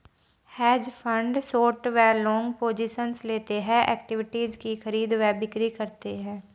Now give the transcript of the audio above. hedge fund short व long positions लेते हैं, इक्विटीज की खरीद व बिक्री करते हैं